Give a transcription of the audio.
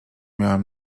miałam